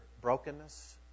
brokenness